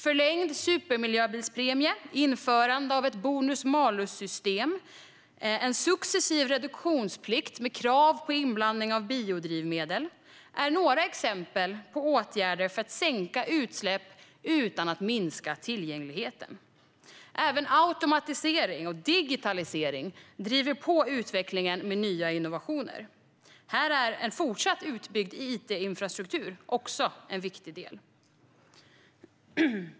Förlängd supermiljöbilspremie, införandet av ett bonus-malus-system och en successiv reduktionsplikt med krav på inblandning av biodrivmedel är några exempel på åtgärder för att sänka utsläppen utan att minska tillgängligheten. Även automatisering och digitalisering driver på utvecklingen med nya innovationer. Här är en fortsatt utbyggd it-infrastruktur en viktig del.